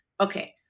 okay